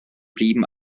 blieben